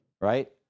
right